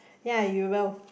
ya you will